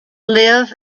live